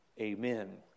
Amen